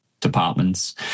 Departments